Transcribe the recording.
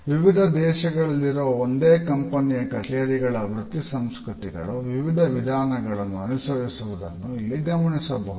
ವಿವಿಧ ದೇಶಗಳಲ್ಲಿರುವ ಒಂದೇ ಕಂಪನಿಯ ಕಛೇರಿಗಳ ವೃತ್ತಿ ಸಂಸ್ಕೃತಿಗಳು ವಿವಿಧ ವಿಧಾನಗಳನ್ನು ಅನುಸರಿಸುವುದನ್ನು ಇಲ್ಲಿ ಗಮನಿಸಬಹುದು